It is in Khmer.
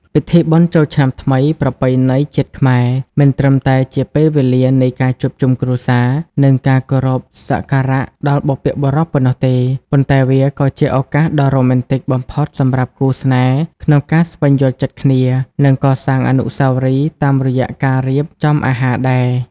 ពិធីបុណ្យចូលឆ្នាំថ្មីប្រពៃណីជាតិខ្មែរ មិនត្រឹមតែជាពេលវេលានៃការជួបជុំគ្រួសារ និងការគោរពសក្ការៈដល់បុព្វបុរសប៉ុណ្ណោះទេ ប៉ុន្តែវាក៏ជាឱកាសដ៏រ៉ូមែនទិកបំផុតសម្រាប់គូស្នេហ៍ក្នុងការស្វែងយល់ចិត្តគ្នា និងកសាងអនុស្សាវរីយ៍តាមរយៈការរៀបចំអាហារដែរ។